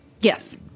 Yes